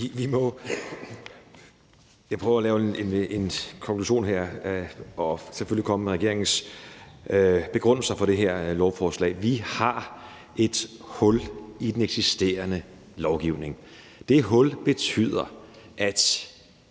skal prøve at lave en konklusion her og selvfølgelig komme med regeringens begrundelse for det her lovforslag. Vi har et hul i den eksisterende lovgivning. Det hul betyder –